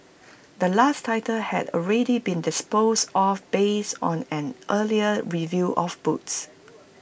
the last title had already been disposed off based on an earlier review of books